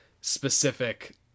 specific